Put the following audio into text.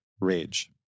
rage